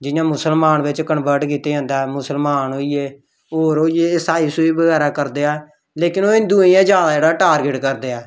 जि'यां मुसलमान बिच्च कनवर्ट कीते जंदा ऐ मुसलमान होई गे होर होई गे इसाई इसूई बगैरा करदे ऐ लेकिन ओह् हिंदुएं गी गै जैदा जेह्ड़ा ऐ टारगेट करदे ऐ